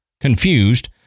confused